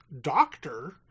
doctor